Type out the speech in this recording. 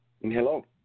hello